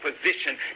position